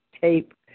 tape